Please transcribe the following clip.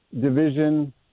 division